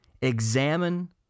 examine